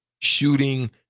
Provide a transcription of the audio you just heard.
shooting